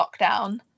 lockdown